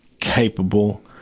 capable